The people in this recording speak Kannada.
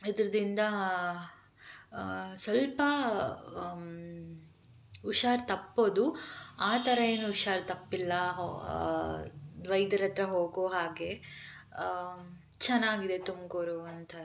ಇದ್ರಿಂದ ಸ್ವಲ್ಪ ಹುಷಾರ್ ತಪ್ಪೋದು ಆ ಥರ ಏನೂ ಹುಷಾರ್ ತಪ್ಪಿಲ್ಲ ವೈದ್ಯರ ಹತ್ರ ಹೋಗೋ ಹಾಗೆ ಚೆನ್ನಾಗಿದೆ ತುಮಕೂರು ಒಂಥರಾ